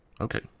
okay